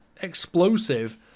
explosive